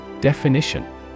Definition